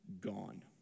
gone